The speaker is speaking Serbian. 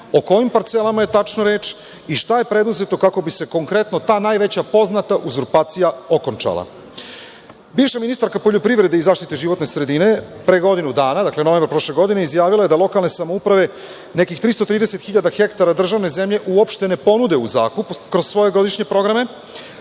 O kojim parcelama je tačno reč i šta je preduzeto kako bi se konkretno ta najveća poznata uzurpacija okončala? Bivša ministarka poljoprivrede i zaštite životne sredine, pre godinu dana, dakle u novembru proše godine, izjavila je da lokalne samouprave, nekih 330 hiljada hektara državne zemlje uopšte ne ponude u zakup kroz svoje godišnje programe,